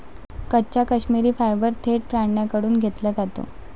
कच्चा काश्मिरी फायबर थेट प्राण्यांकडून घेतला जातो